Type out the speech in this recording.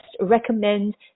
recommend